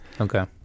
Okay